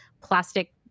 plastic